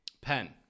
Pen